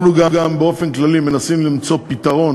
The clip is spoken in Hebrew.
אנחנו גם באופן כללי מנסים למצוא פתרון